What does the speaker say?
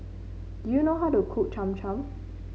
do you know how to cook Cham Cham